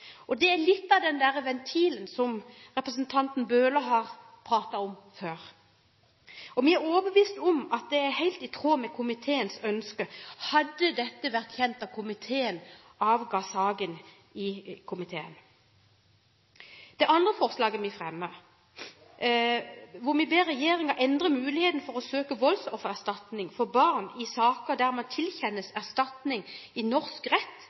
Det er litt av den ventilen som representanten Bøhler har snakket om før. Vi er overbevist om at det er helt i tråd med komiteens ønske, hadde dette vært kjent da komiteen avga saken i komiteen. I det andre forslaget vi fremmer, ber vi regjeringen åpne opp for muligheten til å søke om voldsoffererstatning for barn under 16 år i saker der man tilkjennes erstatning ved norsk rett,